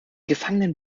gefangenen